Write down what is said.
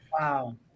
Wow